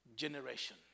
generation